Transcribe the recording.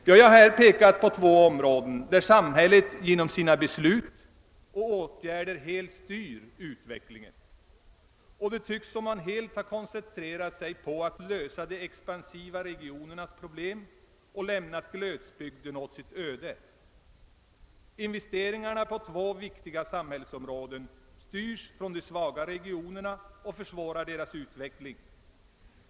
Jag har här pekat på två avsnitt där samhället genom sina beslut och åtgärder helt styr utvecklingen, och det tycks som om man helt har koncentrerat sig på att lösa de expansiva regionernas problem men lämnat glesbygden åt sitt öde. Investeringarna på två viktiga samhällssektorer styrs bort från de svaga regionerna och försvårar deras utveckling.